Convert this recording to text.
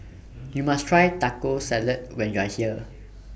YOU must Try Taco Salad when YOU Are here